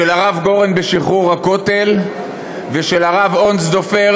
של הרב גורן בשחרור הכותל ושל הרב אונסדורפר